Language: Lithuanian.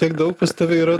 tiek daug pas tave yra